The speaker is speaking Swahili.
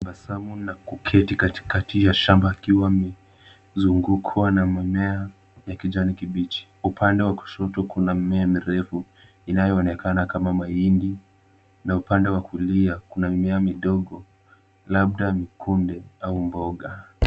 Wanatabasamu na kuketi katikati ya shamba akiwa amezungukwa na mimea ya kijani kibichi. Upande wa kushoto kuna mimea mirefu inayoonekana kama mahindi na upande wa kulia kuna mimea midogo labda mikunde au mboga.